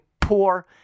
poor